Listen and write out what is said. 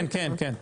כן, כן.